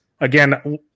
again